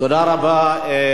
תודה רבה.